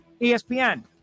ESPN